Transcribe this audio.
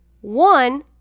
one